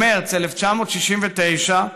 במרץ 1969,